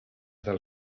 del